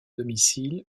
domicile